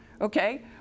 Okay